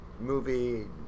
movie